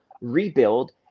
rebuild